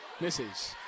Misses